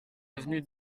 avenue